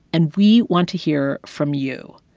and we want to hear from you.